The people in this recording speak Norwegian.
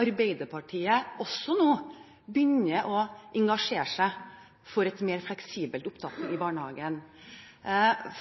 Arbeiderpartiet også begynner å engasjere seg for et mer fleksibelt opptak i barnehagen.